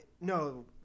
No